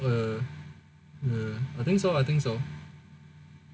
I think so I think so